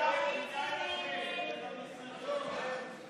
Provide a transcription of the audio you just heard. ההסתייגות (6) של חבר הכנסת מיקי לוי לסעיף 8 לא נתקבלה.